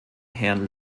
herrn